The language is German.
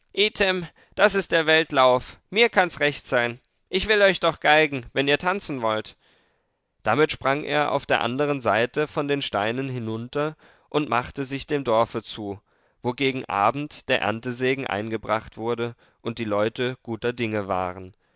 das ist der welt lauf mir kann's recht sein ich will euch doch geigen wenn ihr tanzen wollt damit sprang er auf der andern seite von den steinen hinunter und machte sich dem dorfe zu wo gegen abend der erntesegen eingebracht wurde und die leute guter dinge waren